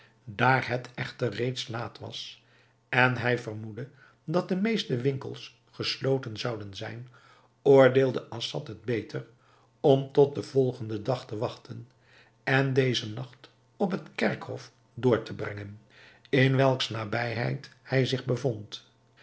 daar het echter reeds laat was en hij vermoedde dat de meeste winkels gesloten zouden zijn oordeelde assad het beter om tot den volgenden dag te wachten en dezen nacht op het kerkhof door te brengen in welks nabijheid hij zich bevond